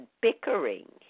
bickering